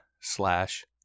slash